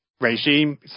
regime